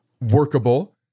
workable